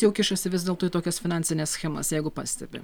jau kišasi vis dėlto į tokias finansines schemas jeigu pastebi